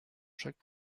chaque